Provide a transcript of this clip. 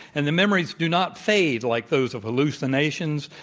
and the memories do not fade like those of hallucinations,